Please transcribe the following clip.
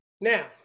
Now